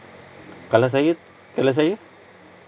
kalau saya kalau saya